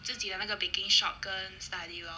自己的那个 baking shop 跟 study lor